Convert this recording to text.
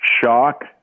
shock